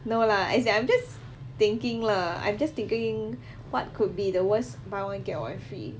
no lah as in I'm just thinking lah I'm just thinking what could be the worst buy one get one free